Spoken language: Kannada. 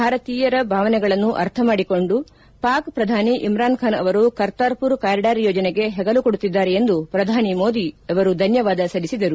ಭಾರತೀಯ ಭಾವನೆಗಳನ್ನು ಅರ್ಥ ಮಾಡಿಕೊಂಡು ಪಾಕ್ ಪ್ರಧಾನಿ ಇಮ್ರಾನ್ಖಾನ್ ಅವರು ಕರ್ತಾರ್ಮರ್ ಕಾರಿಡಾರ್ ಯೋಜನೆಗೆ ಹೆಗಲು ಕೊಡುತ್ತಿದ್ದಾರೆ ಎಂದು ಶ್ರಧಾನಿ ಮೋದಿ ಅವರು ಧನ್ಜವಾದ ಸಲ್ಲಿಸಿದರು